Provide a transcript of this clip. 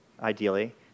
ideally